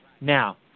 Now